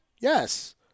Yes